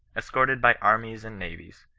escorted by armies and navies.